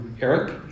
Eric